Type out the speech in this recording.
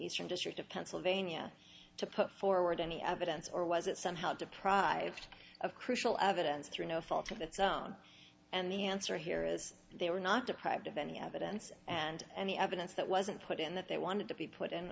eastern district of pennsylvania to put forward any evidence or was it somehow deprived of crucial evidence through no fault of its own and the answer here is they were not deprived of any evidence and the evidence that wasn't put in that they wanted to be put in